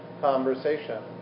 conversation